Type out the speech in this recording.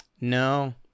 No